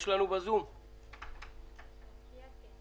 שמי ירון